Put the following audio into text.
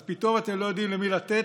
אז פתאום אתם לא יודעים למי לתת?